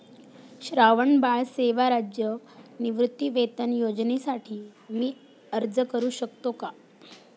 श्रावणबाळ सेवा राज्य निवृत्तीवेतन योजनेसाठी मी अर्ज करू शकतो का?